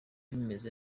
bimeze